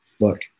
look